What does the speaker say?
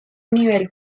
nivel